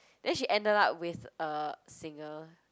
then she ended up with a singer